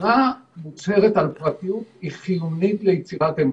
שמירה מוצהרת על פרטיות היא חיונית ליצירת אמון.